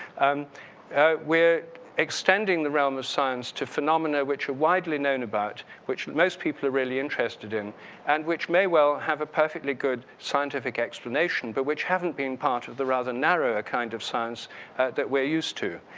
and we're extending the realm of science to phenomena which are widely known about which most people are really interested in and which may well have a perfectly good scientific explanation but which haven't being part of the rather narrower kind of science that we are used to.